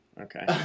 okay